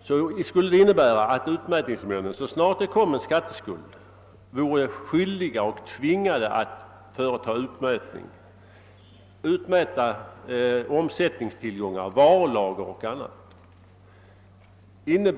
försvinna. Det skulle innebära att utmät ningsmännen så snart en skatteskuld uppkommer vore tvingade att utmäta omsättningstillgångar, varulager o.s.v.